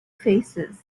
faces